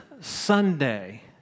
Sunday